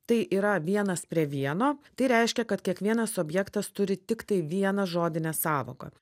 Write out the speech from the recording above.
tai yra vienas prie vieno tai reiškia kad kiekvienas objektas turi tiktai vieną žodinę sąvoką